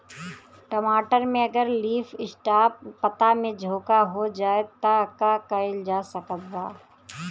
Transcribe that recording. टमाटर में अगर लीफ स्पॉट पता में झोंका हो जाएँ त का कइल जा सकत बा?